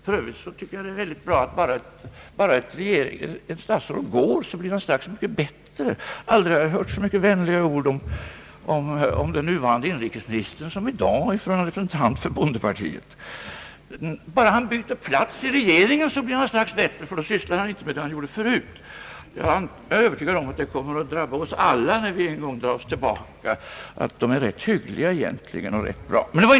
För övrigt är det ju väldigt bra, att bara ett statsråd går blir han strax mycket bättre — aldrig förut har jag hört så många vänliga ord om den nuvarande inrikesministern som i dag från en representant för bondepartiet. Bara han byter plats i regeringen blir han strax bättre, för då sysslar han inte med samma saker som förut. Jag är övertygad om att det samma kommer att drabba oss alla när vi en gång drar oss tillbaka att vi får höra att statsråden är egentligen rätt hyggliga och bra!